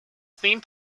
theme